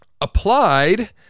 applied